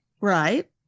Right